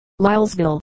Lylesville